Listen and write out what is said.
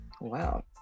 Wow